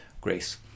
Grace